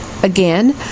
Again